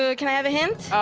ah can i have a hint?